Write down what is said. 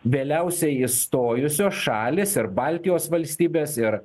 vėliausiai įstojusios šalys ir baltijos valstybės ir